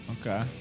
Okay